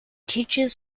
teaches